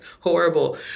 horrible